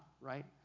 right